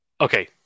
Okay